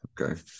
Okay